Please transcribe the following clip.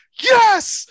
Yes